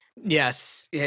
Yes